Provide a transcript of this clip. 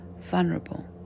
vulnerable